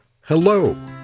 hello